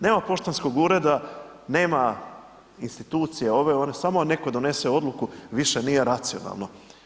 Nema poštanskog ureda, nema institucije ove, one, samo netko donese odluku, više nije racionalno.